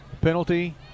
penalty